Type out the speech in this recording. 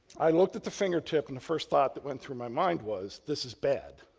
i looked at the fingertip and the first thought that went through my mind was this is bad.